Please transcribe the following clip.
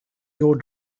your